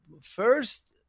first